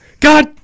God